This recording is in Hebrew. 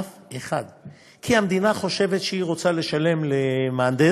אף אחד, כי המדינה חושבת שהיא רוצה לשלם למהנדס